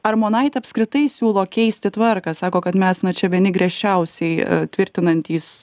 armonaitė apskritai siūlo keisti tvarką sako kad mes na čia vieni griežčiausiai tvirtinantys